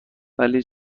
ولی